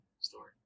story